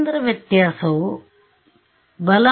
ಕೇಂದ್ರ ವ್ಯತ್ಯಾಸವು ಬಲ